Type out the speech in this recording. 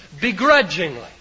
begrudgingly